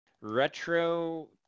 retro